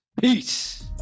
Peace